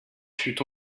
fut